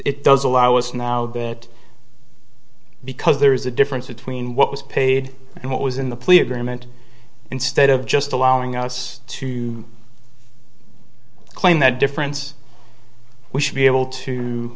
it does allow us now that because there is a difference between what was paid and what was in the plea agreement instead of just allowing us to claim that difference we should be able